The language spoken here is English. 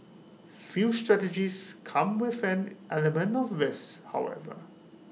few strategies come with an element of risk however